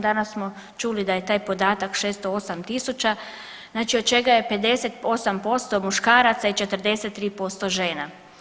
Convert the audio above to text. Danas smo čuli da je taj podatak 608.000, znači od čega je 58% muškaraca i 43% žena.